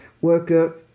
worker